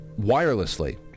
wirelessly